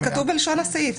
זה כתוב בלשון הסעיף.